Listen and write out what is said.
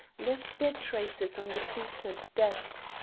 left their traces on the seats and desks,